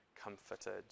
comforted